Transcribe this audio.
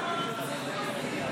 בממשלה לא נתקבלה.